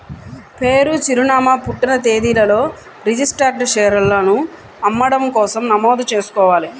పేరు, చిరునామా, పుట్టిన తేదీలతో రిజిస్టర్డ్ షేర్లను అమ్మడం కోసం నమోదు చేసుకోవాలి